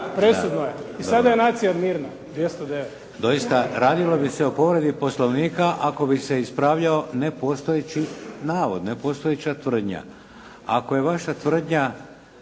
Presudno je i sada je nacija mirna. 209. **Šeks, Vladimir (HDZ)** Doista, radilo bi se o povredi Poslovnika ako bi se ispravljao ne postojeći navod, nepostojeća tvrdnja. Ako je vaša tvrdnja